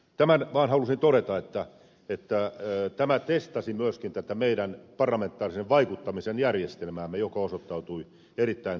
tämän vaan halusin todeta että tämä testasi myöskin tätä meidän parlamentaarisen vaikuttamisen järjestelmäämme joka osoittautui erittäin hyväksi